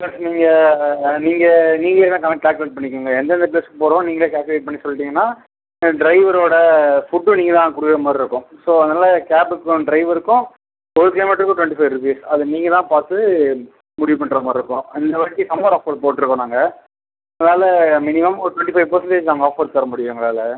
plus நீங்கள் நீங்கள் நீங்களே தான் கணக்கு கால்குலேட் பண்ணிக்கோங்க எந்தந்த ப்ளேஸ்க்கு போகிறோம்ன்னு நீங்களே கால்குலேட் பண்ணி சொல்லிடீங்கன்னா ட்ரைவரோடய ஃபுட்டும் நீங்கள் தான் கொடுக்குற மாதிரி இருக்கும் ஸோ அதனால் கேப்புக்கும் டிரைவருக்கும் ஒரு கிலோமீட்டருக்கு டுவண்ட்டி ஃபைவ் ருபீஸ் அதை நீங்கள் தான் பார்த்து முடிவு பண்ணுற மாதிரி இருக்கும் இந்தவாட்டி சம்மர் ஆஃபர் போட்டுருக்கோம் நாங்கள் அதனால் மினிமம் ஒரு டுவண்ட்டி ஃபைவ் பர்செண்ட்டேஜ் நாங்கள் ஆஃபர் தர முடியும் எங்களால்